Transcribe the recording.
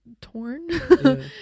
torn